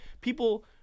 People